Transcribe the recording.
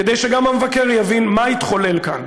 כדי שגם המבקר יבין מה התחולל כאן.